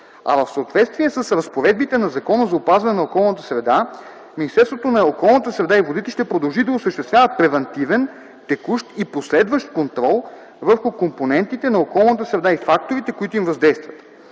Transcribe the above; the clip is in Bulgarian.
А в съответствие с разпоредбите на Закона за опазване на околната среда Министерството на околната среда и водите ще продължи да осъществява превантивен, текущ и последващ контрол върху компонентите на околната среда и факторите, които им въздействат.